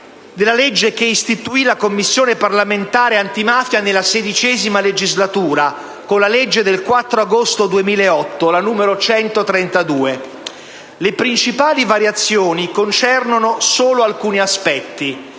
della legge che istituì la Commissione parlamentare antimafia nella XVI legislatura (legge 4 agosto 2008, n. 132). Le principali variazioni concernono solo alcuni aspetti: